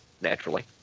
naturally